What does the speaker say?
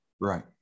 Right